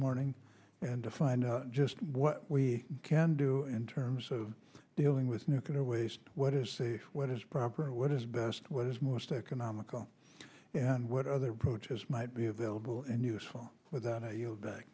morning and to find just what we can do in terms of dealing with nuclear waste what is safe what is proper and what is best what is most economical and what other approaches might be available and useful without